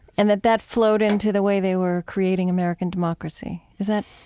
and that that flowed into the way they were creating american democracy. is that,